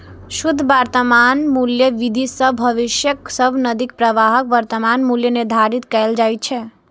शुद्ध वर्तमान मूल्य विधि सं भविष्यक सब नकदी प्रवाहक वर्तमान मूल्य निर्धारित कैल जाइ छै